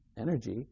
energy